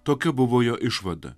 tokia buvo jo išvada